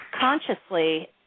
consciously